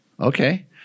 Okay